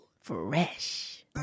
Fresh